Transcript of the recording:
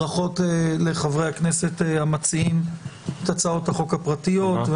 ברכות לחברי הכנסת המציעים את הצעות החוק הפרטיות,